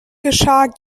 geschah